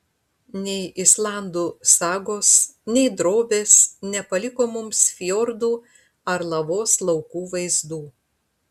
nei islandų sagos nei drobės nepaliko mums fjordų ar lavos laukų vaizdų